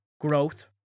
growth